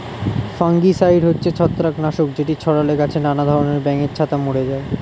fungicide হচ্ছে ছত্রাক নাশক যেটি ছড়ালে গাছে নানা ধরণের ব্যাঙের ছাতা মরে যায়